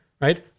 right